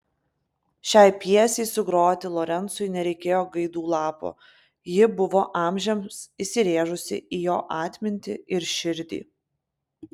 šiai pjesei sugroti lorencui nereikėjo gaidų lapo ji buvo amžiams įsirėžusi į jo atmintį ir širdį